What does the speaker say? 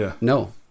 no